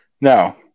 No